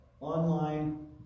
Online